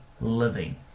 living